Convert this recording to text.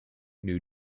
new